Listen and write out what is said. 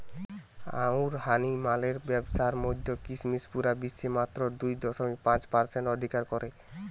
আঙুরহারি মালের ব্যাবসার মধ্যে কিসমিস পুরা বিশ্বে মাত্র দুই দশমিক পাঁচ পারসেন্ট অধিকার করে